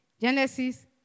Genesis